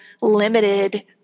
limited